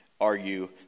argue